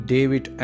David